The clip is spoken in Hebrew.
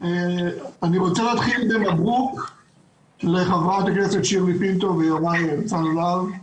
אני רוצה להתחיל להודות לחברת הכנסת שירלי פינטו ויוראי הרצנו להב,